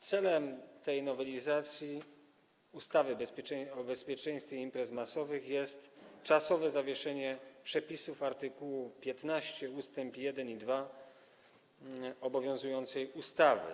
Celem tej nowelizacji ustawy o bezpieczeństwie imprez masowych jest czasowe zawieszenie przepisów art. 15 ust. 1 i 2 obowiązującej ustawy.